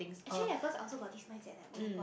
actually at first I also got this mindset leh oh-my-god